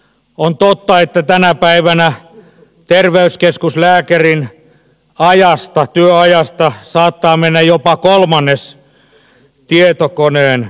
on totta että tänä päivänä terveyskeskuslääkärin työajasta saattaa mennä jopa kolmannes tietokoneen äärellä